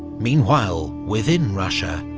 meanwhile, within russia,